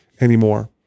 anymore